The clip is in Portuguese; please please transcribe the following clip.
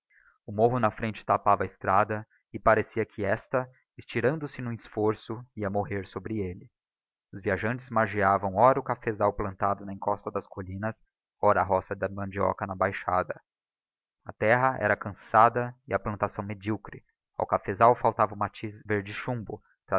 o morro na frente tapava a estrada e parecia que esta estirando-se